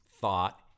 thought